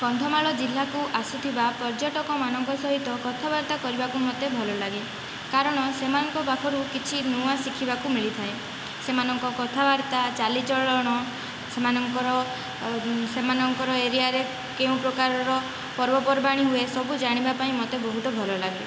କନ୍ଧମାଳ ଜିଲ୍ଲାକୁ ଆସୁଥିବା ପର୍ଯ୍ୟଟକମାନଙ୍କ ସହିତ କଥାବାର୍ତ୍ତା କରିବାକୁ ମୋତେ ଭଲ ଲାଗେ କାରଣ ସେମାନଙ୍କ ପାଖରୁ କିଛି ନୂଆ ଶିଖିବାକୁ ମିଳିଥାଏ ସେମାନଙ୍କ କଥାବାର୍ତ୍ତା ଚାଲିଚଳନ ସେମାନଙ୍କର ସେମାନଙ୍କର ଏରିଆରେ କେଉଁ ପ୍ରକାରର ପର୍ବପର୍ବାଣି ହୁଏ ସବୁ ଜାଣିବା ପାଇଁ ମୋତେ ବହୁତ ଭଲ ଲାଗେ